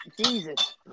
Jesus